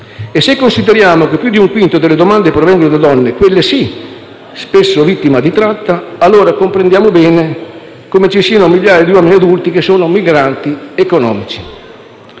e se consideriamo che più di un quinto delle domande provengono da donne, quelle sì spesso vittime di tratta, allora comprendiamo bene come ci siano migliaia di uomini adulti che sono migranti economici.